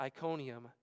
Iconium